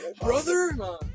Brother